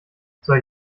soll